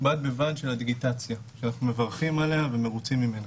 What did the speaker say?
בד בבד עם הדיגיטציה שאנחנו מברכים עליה ומרוצים ממנה.